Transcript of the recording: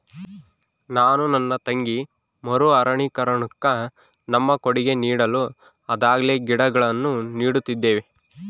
ನಾನು ನನ್ನ ತಂಗಿ ಮರು ಅರಣ್ಯೀಕರಣುಕ್ಕ ನಮ್ಮ ಕೊಡುಗೆ ನೀಡಲು ಆದಾಗೆಲ್ಲ ಗಿಡಗಳನ್ನು ನೀಡುತ್ತಿದ್ದೇವೆ